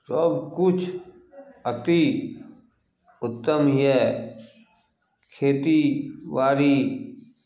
सभकिछु अति उत्तम यए खेतीबाड़ी